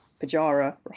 Pajara